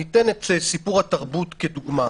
אתן את סיפור התרבות כדוגמה.